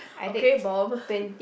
okay bomb